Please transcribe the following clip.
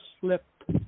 slip